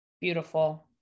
beautiful